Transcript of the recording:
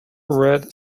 red